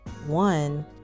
One